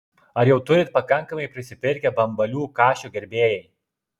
ar jau turit pakankamai prisipirkę bambalių kašio gerbėjai